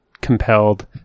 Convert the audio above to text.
compelled